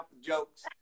jokes